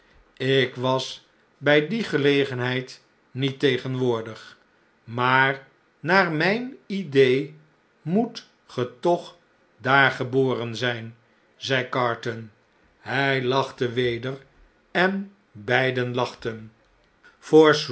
ik was by die gelegenheid niet tegenwoordig maar naar mijn idee moet ge toch dar geboren zijn zei carton hij lachte weder en beiden lachten